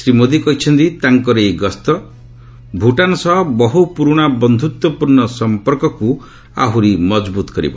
ଶ୍ରୀ ମୋଦି କହିଛନ୍ତି ତାଙ୍କର ଏହି ଗସ୍ତ ଭୁଟାନ୍ ସହ ବହୁ ପୁରୁଣା ବନ୍ଧୁତ୍ୱପୂର୍ଣ୍ଣ ସମ୍ପର୍କକୁ ଆହୁରି ମଜବୁତ୍ କରିବ